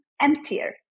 emptier